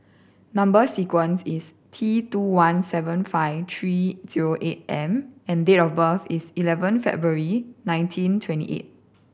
number sequence is T two one seven five three zero eight M and date of birth is eleven February nineteen twenty eight